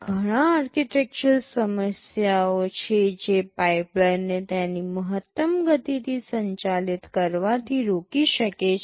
ઘણાં આર્કિટેક્ચરલ સમસ્યાઓ છે જે પાઇપલાઇનને તેની મહત્તમ ગતિથી સંચાલિત કરવાથી રોકી શકે છે